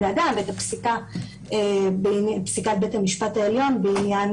האדם ואת פסיקת בית המשפט העליון בעניין